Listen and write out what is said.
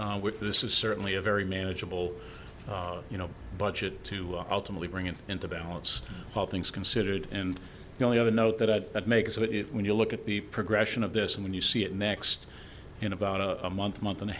net this is certainly a very manageable you know budget to ultimately bring it into balance all things considered and the only other note that it makes of it when you look at the progression of this and when you see it next in about a month month and a